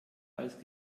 als